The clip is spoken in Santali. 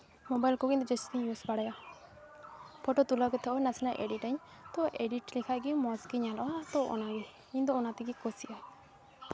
ᱢᱳᱵᱟᱭᱤᱞ ᱠᱚᱜᱮ ᱤᱧ ᱫᱚ ᱡᱟᱹᱥᱛᱤᱧ ᱤᱭᱩᱡᱽ ᱵᱟᱲᱟᱭᱟ ᱯᱷᱚᱴᱳ ᱛᱩᱞᱟᱹᱣ ᱠᱟᱛᱮᱫ ᱱᱟᱥᱮᱱᱟᱜ ᱤᱰᱤᱴᱟᱹᱧ ᱛᱚ ᱤᱰᱤᱴ ᱞᱮᱠᱷᱟᱱ ᱜᱮ ᱢᱚᱡᱽ ᱜᱮ ᱧᱮᱞᱚᱜᱼᱟ ᱛᱚ ᱚᱱᱟᱜᱮ ᱤᱧ ᱫᱚ ᱚᱱᱟᱛᱮᱜᱤᱧ ᱠᱩᱥᱤᱜᱼᱟ